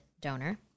donor